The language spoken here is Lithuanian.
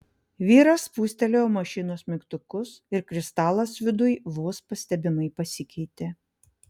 vyras spustelėjo mašinos mygtukus ir kristalas viduj vos pastebimai pasikeitė